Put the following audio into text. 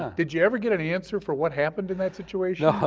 ah did you ever get any answer for what happened in that situation?